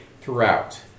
throughout